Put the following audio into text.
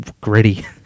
gritty